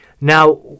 Now